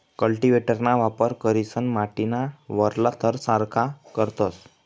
कल्टीव्हेटरना वापर करीसन माटीना वरला थर सारखा करतस